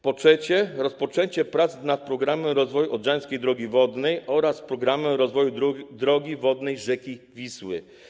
Po trzecie, rozpoczęcie prac nad „Programem rozwoju Odrzańskiej Drogi Wodnej” oraz „Programem rozwoju drogi wodnej rzeki Wisły”